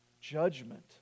judgment